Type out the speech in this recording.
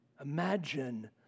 Imagine